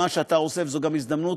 תאמין לי שהכאב שלי הוא כמו הכאב שלך.